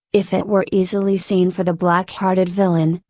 if it were easily seen for the black hearted villain,